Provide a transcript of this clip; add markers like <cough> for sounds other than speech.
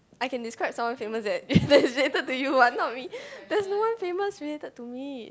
I can describe someone famous that <laughs> that is related to you what not me there's no one famous related to me